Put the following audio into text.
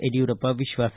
ಯಡಿಯೂರಪ್ಪ ವಿಶ್ವಾಸ